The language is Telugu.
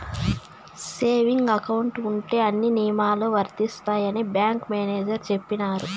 సేవింగ్ అకౌంట్ ఉంటే అన్ని నియమాలు వర్తిస్తాయని బ్యాంకు మేనేజర్ చెప్పినారు